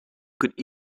could